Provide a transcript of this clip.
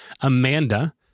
Amanda